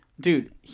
Dude